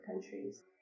countries